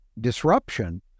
disruption